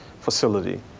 facility